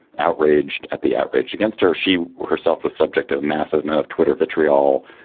outraged at the outrage against her, she herself was subject of a massive amount of twitter vitriol,